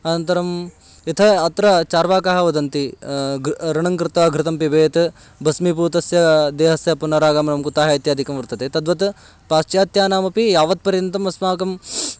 अनन्तरं यथा अत्र चार्वाकाः वदन्ति गृ ऋणङ्कृता घृतं पिबेत् बस्मिपूतस्य देहस्य पुनरागमनं कुतः इत्यादिकं वर्तते तद्वत् पाश्चात्यानामपि यावत्पर्यन्तम् अस्माकं